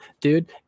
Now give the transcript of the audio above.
dude